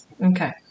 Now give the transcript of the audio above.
Okay